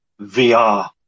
VR